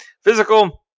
physical